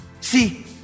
see